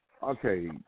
Okay